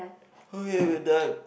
okay we're done